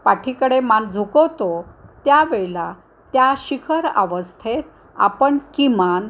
पाठीकडे मान झुकवतो त्यावेळेला त्या शिखर अवस्थेत आपण किमान